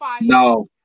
No